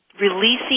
releasing